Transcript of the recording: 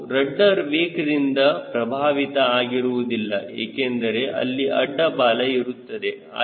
ಹಾಗೂ ರಡ್ಡರ್ ವೇಕ್ದಿಂದ ಪ್ರಭಾವಿತ ಆಗಿರುವುದಿಲ್ಲ ಏಕೆಂದರೆ ಅಲ್ಲಿ ಅಡ್ಡ ಬಾಲ ಇರುತ್ತದೆ